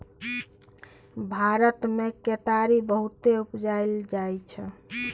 भारत मे केतारी बहुते उपजाएल जाइ छै